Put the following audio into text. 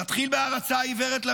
נתחיל בהערצה העיוורת למנהיג.